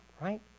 right